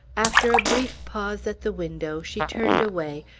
after a brief pause at the window, she turned away,